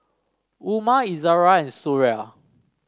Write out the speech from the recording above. Umar Izzara and Suria